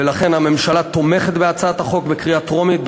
ולכן הממשלה תומכת בהצעת החוק בקריאה טרומית,